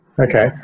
Okay